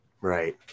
Right